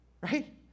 right